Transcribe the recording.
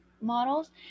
models